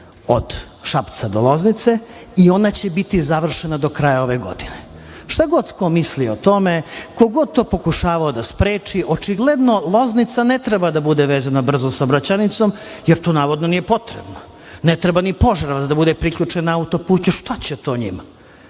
od Šapca do Loznice i ona će biti završena do kraja ove godine. Šta god ko mislio o tome, ko god to pokušavao to da spreči, očigledno Loznica ne treba da bude vezana brzom saobraćajnicom, jer to, navodno, nije potrebno. Ne treba ni Požarevac da bude priključen na autoput, jer šta će to njima,